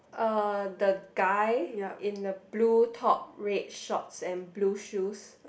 uh the guy in the blue top red short and blue shoes